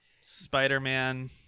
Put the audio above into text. Spider-Man